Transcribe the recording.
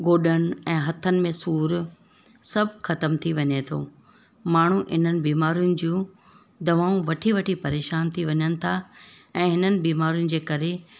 गोॾनि ऐं हथनि में सूरु सभु ख़तमु थी वञे थो माण्हू इन्हनि बीमारियुनि जूं दवाऊं वठी वठी परेशान थी वञनि था ऐं हिननि बीमारियुनि जे करे